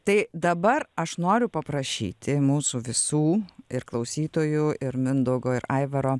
tai dabar aš noriu paprašyti mūsų visų ir klausytojų ir mindaugo ir aivaro